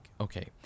Okay